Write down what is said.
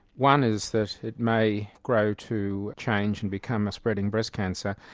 one is that it may grow to change and become a spreading breast cancer.